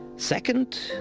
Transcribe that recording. second,